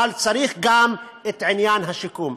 אבל צריך גם את עניין השיקום.